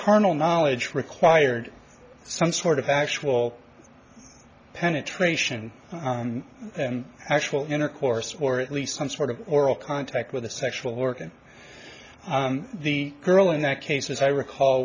carnal knowledge required some sort of actual penetration actual intercourse or at least some sort of oral contact with a sexual organ the girl in that case as i recall